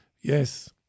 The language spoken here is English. Yes